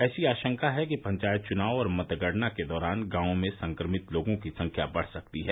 ऐसी आशंका हैं कि पंचायत चुनाव और मतगणना के दौरान गांवों में संक्रमित लोगों की संख्या बढ सकती है